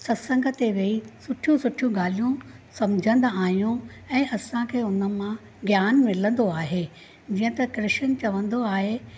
सत्संग ते वेई सुठियूं सुठियूं ॻाल्हियूं समुझंदा आहियूं ऐं असांखे हुन मां ज्ञान मिलंदो आहे जीअं त कृष्न चवंदो आहे